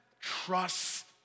trust